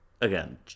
again